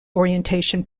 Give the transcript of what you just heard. orientation